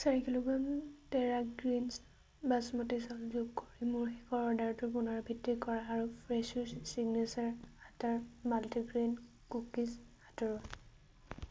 চাৰি kilogram Tera Greens basmati চাউল যোগ কৰি মোৰ শেষৰ অৰ্ডাৰটোৰ পুনৰাবৃত্তি কৰা আৰু ফ্ৰেছো চিগনেচাৰ আটাৰ মাল্টিগ্ৰেইন কুকিজ আঁতৰোৱা